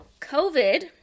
COVID